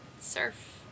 Surf